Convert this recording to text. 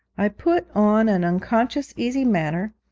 i put on an unconscious easy manner,